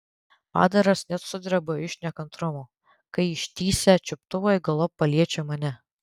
padaras net sudreba iš nekantrumo kai ištįsę čiuptuvai galop paliečia mane